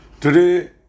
Today